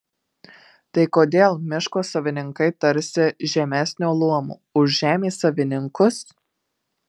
tai kodėl miško savininkai tarsi žemesnio luomo už žemės savininkus